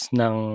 ng